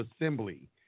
assembly